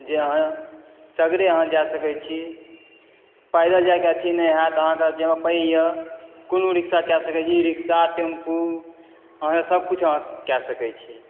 जे अहाँ सगरे अहाँ जा सकैत छी पैदल जाइ के अथी नहि होयत अहाँकेँ जेबमे पाइ यए कोनो रिक्शा कए सकैत छी ई रिक्शा टेम्पू सभकिछु अहाँ कए सकैत छी